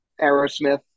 aerosmith